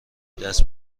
دست